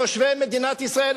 תושבי מדינת ישראל,